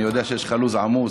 אני יודע שיש לך לו"ז עמוס.